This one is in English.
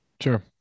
Sure